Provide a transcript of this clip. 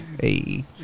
Hey